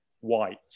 White